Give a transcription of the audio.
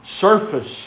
surface